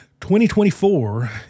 2024